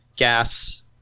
gas